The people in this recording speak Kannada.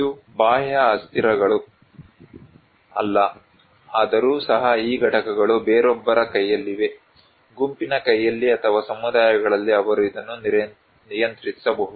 ಇದು ಬಾಹ್ಯ ಅಸ್ಥಿರಗಳು ಅಲ್ಲ ಆದರು ಸಹ ಈ ಘಟಕಗಳು ಬೇರೊಬ್ಬರ ಕೈಯಲ್ಲಿವೆ ಗುಂಪಿನ ಕೈಯಲ್ಲಿ ಅಥವಾ ಸಮುದಾಯಗಳಲ್ಲಿ ಅವರು ಇದನ್ನು ನಿಯಂತ್ರಿಸಬಹುದು